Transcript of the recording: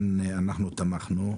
ולכן תמכנו.